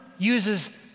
uses